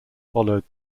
followed